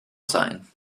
sein